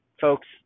folks